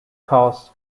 costs